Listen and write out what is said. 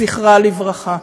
זכרה לברכה,